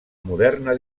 moderna